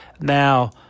Now